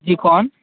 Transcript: جی کون